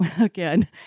again